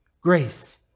grace